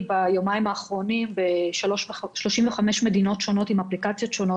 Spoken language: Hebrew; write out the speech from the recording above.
ביומיים האחרונים ב-35 מדינות עם אפליקציות שונות,